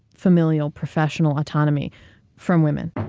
familial professional autonomy from women.